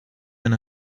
been